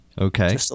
Okay